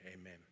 amen